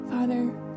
Father